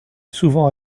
souvent